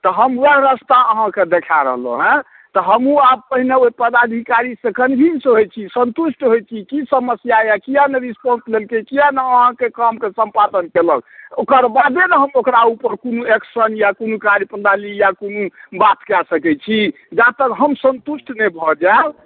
तऽ हम वएह रस्ता अहाँके देखा रहलौँ हँ तऽ हमहूँ आब पहिने ओहि पदाधिकारीसँ कनवीन्स होइ छी सन्तुष्ट होइ छी कि समस्या अइ किएक नहि रेस्पॉन्स लेलकै किएक नहि अहाँके कामके सम्पादन केलक ओकर बादे ने हम ओकरा उपर कोनो एक्शन या कोनो कार्यप्रणाली या कोनो बात कऽ सकै छी जातक हम सन्तुष्ट नहि भऽ जाएब